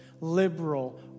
liberal